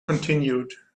continued